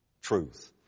Truth